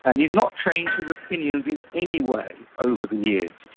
and he has not changed his opinions in any way over the years.